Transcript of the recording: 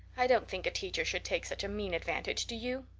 i don't think a teacher should take such a mean advantage, do you?